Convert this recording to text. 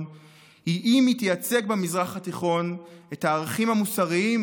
היא אם היא תייצג במזרח התיכון את הערכים המוסריים,